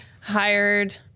hired